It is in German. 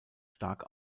stark